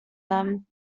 them